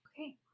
Okay